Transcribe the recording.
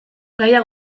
gaia